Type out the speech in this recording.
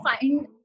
find